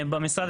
במשרד,